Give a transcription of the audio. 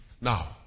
Now